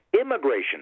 immigration